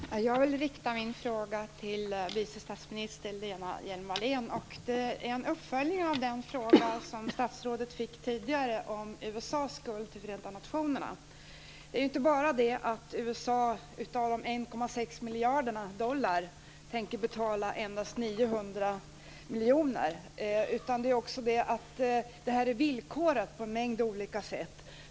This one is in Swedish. Fru talman! Jag vill rikta en fråga till vice statsminister Lena Hjelm-Wallén. Det är en uppföljning av den fråga som statsrådet fick tidigare om USA:s skuld till Förenta nationerna. Det är inte bara så att USA av dessa 1,6 miljarder dollar endast tänker betala 900 miljoner dollar. Det är också så att det här är villkorat på en mängd olika sätt.